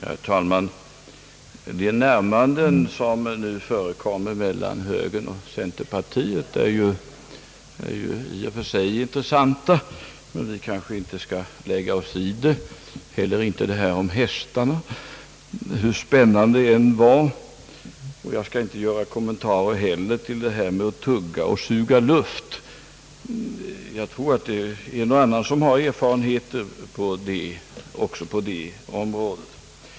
Herr talman! De närmanden som nu förekommer mellan högern och centerpartiet är ju i och för sig intressanta, men vi kanske inte skall lägga oss i detta och heller inte i resonemanget om hästarna, hur spännande det än kan vara. Jag skall därför inte göra några kommentarer till detta med att »tugga och suga luft», även om jag tror att det är en och annan som har erfarenheter också på det området.